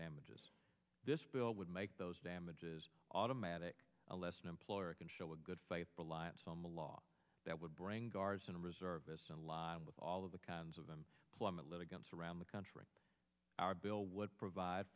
damages this bill would make the damages automatic a less an employer can show a good faith reliance on the law that would bring guardsmen and reservists in law all of the kinds of them plummet against around the country our bill would provide